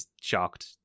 shocked